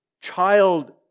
child